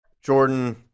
Jordan